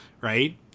Right